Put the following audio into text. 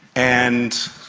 and.